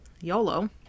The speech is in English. yolo